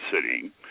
City